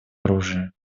оружии